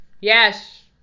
Yes